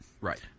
Right